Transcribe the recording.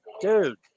dude